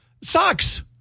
sucks